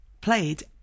played